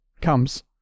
comes